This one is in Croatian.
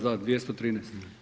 Da, 213.